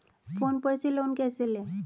Phone पर से loan कैसे लें?